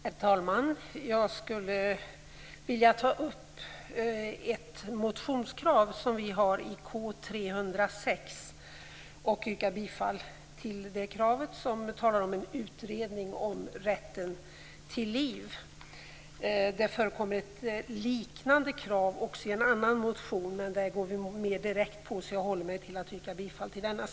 Herr talman! Jag skulle vilja ta upp ett krav som vi har i motion K306. Jag vill yrka bifall till det kravet på en utredning om rätten till liv. Det förekommer ett liknande krav också i en annan motion, men där är det mer direkt. Så jag håller mig till att yrka bifall till denna motion.